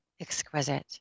exquisite